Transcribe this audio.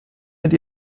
mit